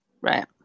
Right